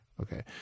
Okay